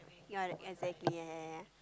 your exactly ya ya ya